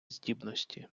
здібності